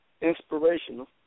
Inspirational